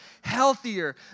healthier